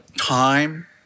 time